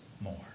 more